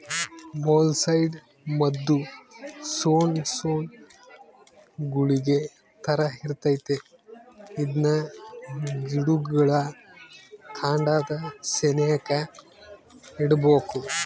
molluscicide ಮದ್ದು ಸೊಣ್ ಸೊಣ್ ಗುಳಿಗೆ ತರ ಇರ್ತತೆ ಇದ್ನ ಗಿಡುಗುಳ್ ಕಾಂಡದ ಸೆನೇಕ ಇಡ್ಬಕು